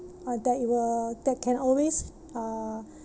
uh that it will that can always uh